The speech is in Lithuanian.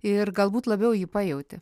ir galbūt labiau jį pajauti